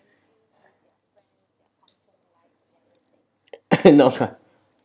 no ah